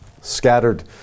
scattered